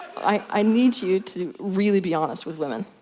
i need you to really be honest with women.